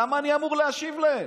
למה אני אמור להשיב להם?